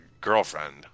girlfriend